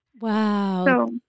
Wow